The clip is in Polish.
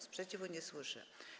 Sprzeciwu nie słyszę.